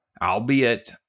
Albeit